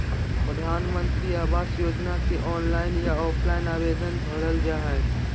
प्रधानमंत्री आवास योजना के ऑनलाइन या ऑफलाइन आवेदन भरल जा हइ